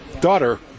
daughter